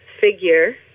figure